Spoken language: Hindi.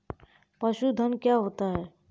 पशुधन क्या होता है?